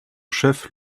chef